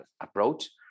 approach